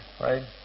right